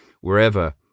wherever